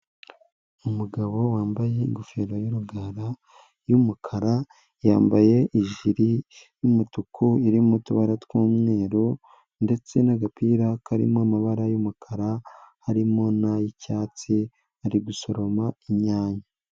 Umugabo wambaye ingofero y'urugara y'umukara, yambaye ijiri y'umutuku irimo utubara tw'umweru ndetse n'agapira karimo amabara y'umukara harimo n'ay'icyatsi, ari gusoroma inyanya.